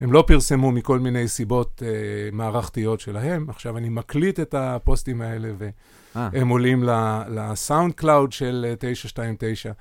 הם לא פרסמו מכל מיני סיבות מערכתיות שלהם. עכשיו אני מקליט את הפוסטים האלה והם עולים ל-SoundCloud של 929.